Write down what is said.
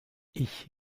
ich